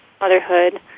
motherhood